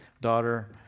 daughter